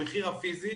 המחיר הפיזי,